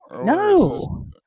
no